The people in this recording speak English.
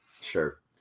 Sure